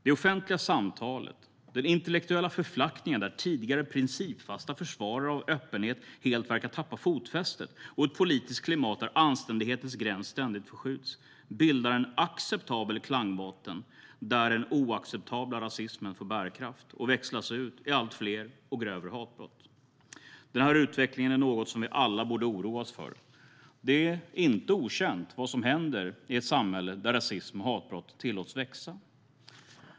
Det offentliga samtalet, den intellektuella förflackningen där tidigare principfasta försvarare av öppenhet helt verkar ha tappat fotfästet och ett politiskt klimat där anständighetens gräns ständigt förskjuts bildar en acceptabel klangbotten där den oacceptabla rasismen får bärkraft och växlas ut i allt fler och grövre hatbrott. Den här utvecklingen är något vi alla borde oroa oss för. Det är inte okänt vad som händer i ett samhälle där rasism och hatbrott tillåts växa.